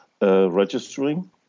registering